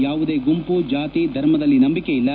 ಯಾವುದೇ ಗುಂಪು ಜಾತಿ ಧರ್ಮದಲ್ಲಿ ನಂಬಿಕೆ ಇಲ್ಲ